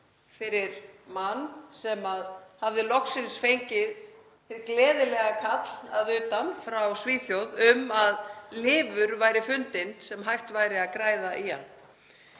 fyrir mann sem hafði loksins fengið hið gleðilega kall að utan, frá Svíþjóð, um að lifur væri fundin sem hægt væri að græða í hann.